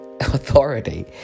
authority